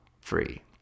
free